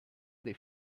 dei